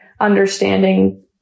understanding